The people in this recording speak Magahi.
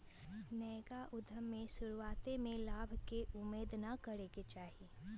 नयका उद्यम में शुरुआते में लाभ के उम्मेद न करेके चाही